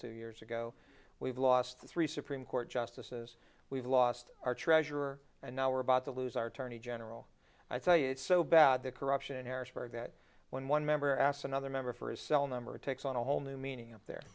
two years ago we've lost three supreme court justices we've lost our treasurer and now we're about to lose our attorney general i think it's so bad the corruption harrisburg that when one member asked another member for his cell number it takes on a whole new meaning up there